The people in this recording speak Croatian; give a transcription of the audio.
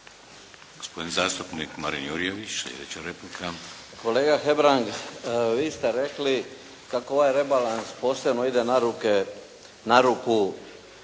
Gospodin zastupnik Marin Jurjević, sljedeća replika. **Jurjević, Marin (SDP)** Kolega Hebrang vi ste rekli kako ovaj rebalans posebno ide na ruku